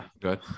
Good